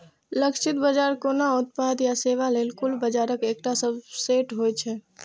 लक्षित बाजार कोनो उत्पाद या सेवा लेल कुल बाजारक एकटा सबसेट होइ छै